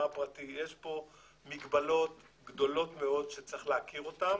הפרטי יש פה מגבלות גדולות מאוד שצריך להכיר אותן